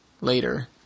later